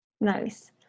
Nice